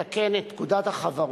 מבקשת לתקן את פקודת החברות,